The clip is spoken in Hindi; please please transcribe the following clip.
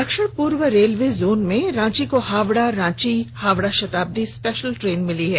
दक्षिण पूर्व रेलवे जोन में रांची को हावड़ा रांची हावड़ा शताब्दी स्पेशल ट्रेन मिली है